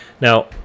Now